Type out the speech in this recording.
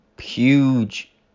huge